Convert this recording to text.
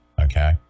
Okay